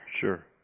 Sure